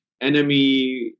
enemy